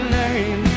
name